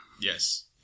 Yes